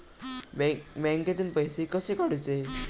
बँकेतून पैसे कसे काढूचे?